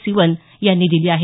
सिवन यांनी दिली आहे